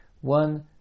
one